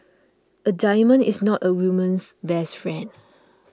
a diamond is not a woman's best friend